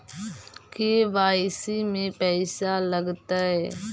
KYC में पैसा लगतै?